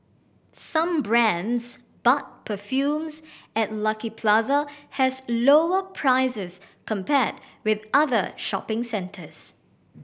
some brands but perfumes at Lucky Plaza has lower prices compared with other shopping centres